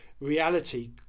reality